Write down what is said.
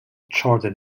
charted